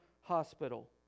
Hospital